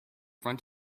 front